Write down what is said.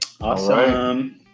Awesome